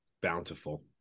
bountiful